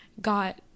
got